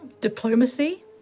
Diplomacy